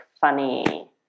funny